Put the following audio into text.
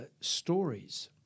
stories